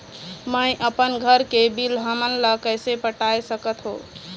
मैं अपन घर के बिल हमन ला कैसे पटाए सकत हो?